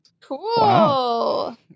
cool